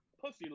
pussy